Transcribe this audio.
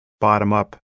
bottom-up